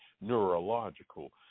neurological